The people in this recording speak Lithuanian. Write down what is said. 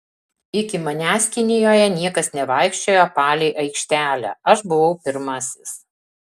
iki manęs kinijoje niekas nevaikščiojo palei aikštelę aš buvau pirmasis